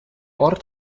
ort